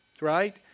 right